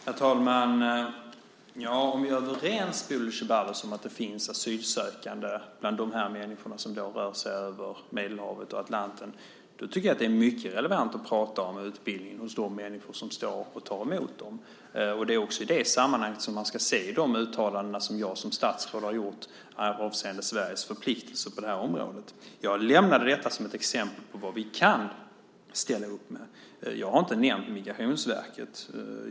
Herr talman! Om vi är överens, Bodil Ceballos, om att det finns asylsökande bland de människor som rör sig över Medelhavet och Atlanten, tycker jag att det är mycket relevant att prata om utbildning hos de människor som ska ta emot dem. Det är också i det sammanhanget som man ska se de uttalanden som jag som statsråd har gjort avseende Sveriges förpliktelser på det här området. Jag nämnde detta som ett exempel på vad vi kan ställa upp med. Jag har inte nämnt Migrationsverket.